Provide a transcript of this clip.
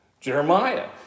Jeremiah